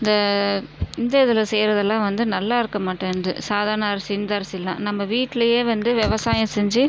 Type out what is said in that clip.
இந்த இந்த இதில் செய்றதுலான் வந்து நல்லா இருக்க மாட்டேன்கிது சாதாரண அரிசி இந்த அரிசிலாம் நம்ப வீட்டிலயே வந்து விவசாயம் செஞ்சு